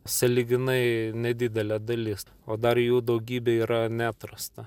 sąlyginai nedidelė dalis o dar jų daugybė yra neatrasta